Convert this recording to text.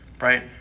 right